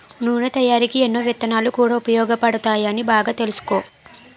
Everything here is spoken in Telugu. నూనె తయారికీ ఎన్నో విత్తనాలు కూడా ఉపయోగపడతాయిరా బాగా తెలుసుకో